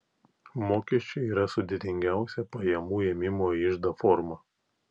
mokesčiai yra sudėtingiausia pajamų ėmimo į iždą forma